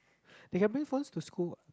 they can bring phones to school what